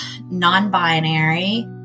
non-binary